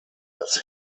das